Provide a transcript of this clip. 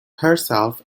herself